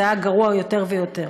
זה היה גרוע יותר ויותר: